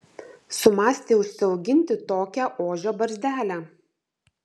sumąstė užsiauginti tokią ožio barzdelę